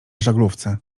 żaglówce